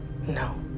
No